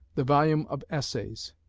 the volume of essays.